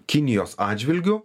kinijos atžvilgiu